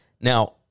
Now